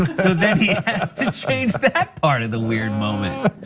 so then he has to change that part of the weird moment.